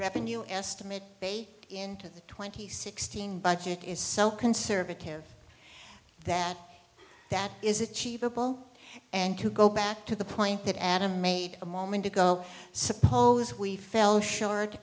revenue estimate baked into the twenty sixteen budget is so conservative that that is achievable and to go back to the point that adam made a moment ago suppose we fell sh